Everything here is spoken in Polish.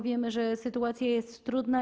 Wiemy, że sytuacja jest trudna.